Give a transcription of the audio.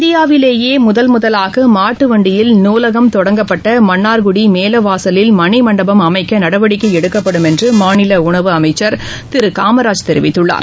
இந்தியாவிலேயே முதல் முதலாக மாட்டு வண்டியில் நூலகம் தொடங்கப்பட்ட மன்னார்குடி மேலவாசலில் மணிமண்டபம் அமைக்க நடவடிக்கை எடுக்கப்படும் என்று மாநில உணவு அமைக்கா் திரு காமராஜ் தெரிவித்துள்ளார்